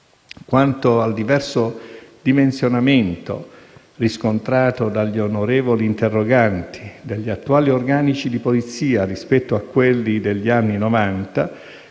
Quanto al diverso dimensionamento - riscontrato dagli onorevoli interroganti - degli attuali organici di polizia rispetto a quelli degli anni